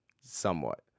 somewhat